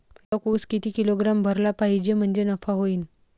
एक उस किती किलोग्रॅम भरला पाहिजे म्हणजे नफा होईन?